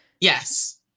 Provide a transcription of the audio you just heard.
Yes